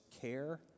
care